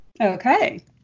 Okay